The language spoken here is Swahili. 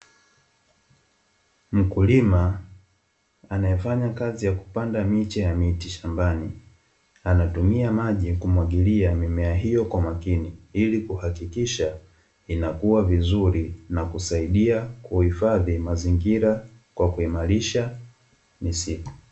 Mkulima anaefanya kazi ya kupanda miche ya miti shambani, anatumia maji kumwagilia mimea hiyo kwa makini, ili kuhakikisha inakua vizuri na kusaidia kuhifadhi mazingira kwa kuimarisha misitu.